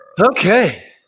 Okay